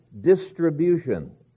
distribution